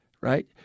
right